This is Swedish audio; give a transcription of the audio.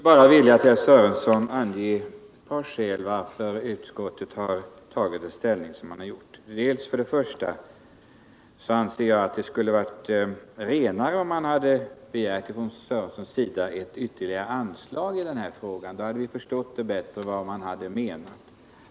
Herr talman! Jag skulle bara för herr Sörenson vilja ange ett par skäl till utskottets ställningstagande. För det första skulle det ha varit renare om herr Sörenson i denna fråga begärt ett ytterligare anslag; då hade vi bättre förstått vad han menat.